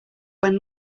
when